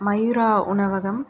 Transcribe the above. மயூரா உணவகம்